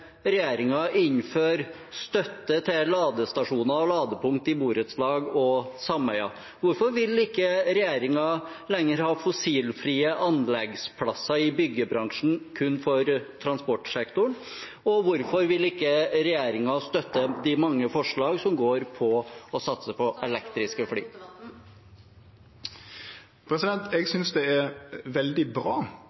støtte til ladestasjoner og ladepunkt i borettslag og sameier? Hvorfor vil ikke regjeringen lenger ha fossilfrie anleggsplasser i byggebransjen, kun for transportsektoren? Og hvorfor vil ikke regjeringen støtte de mange forslag som går ut på å satse på elektriske fly?